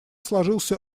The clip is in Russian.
сложился